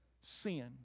sin